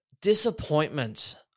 disappointment